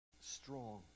strong